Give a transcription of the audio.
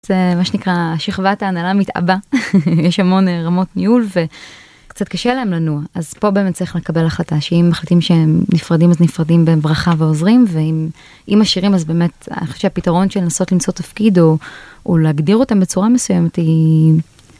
זה מה שנקרא שכבת ההנהלה מתעבה, יש המון רמות ניהול וקצת קשה להם לנוע, אז פה באמת צריך לקבל החלטה שאם מחלטים שהם נפרדים אז נפרדים בהם ברכה ועוזרים ואם משאירים אז באמת אני חושבת שהפתרון של לנסות למצוא תפקיד או להגדיר אותם בצורה מסוימת היא.